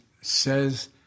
says